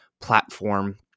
platform